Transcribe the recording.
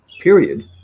period